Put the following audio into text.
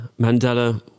Mandela